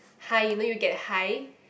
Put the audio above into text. high you know you get high